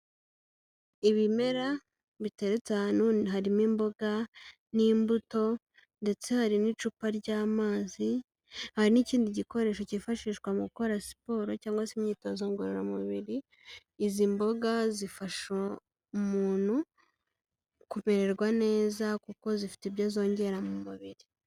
Ibimera biteretse ahantu harimo imboga n'imbuto ndetse hari n'icupa ry'amazi, hari n'ikindi gikoresho cyifashishwa mu gukora siporo cyangwa se imyitozo ngororamubiri, izi mboga zifasha umuntu kumererwa neza kuko zifite ibyo zongera mu mubiri.